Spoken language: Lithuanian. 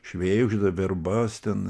švėgžda verbas ten